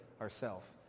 ourself